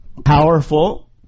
powerful